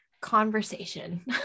conversation